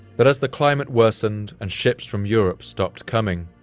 but as the climate worsened and ships from europe stopped coming,